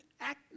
Act